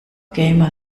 gamer